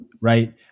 right